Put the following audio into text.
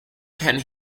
can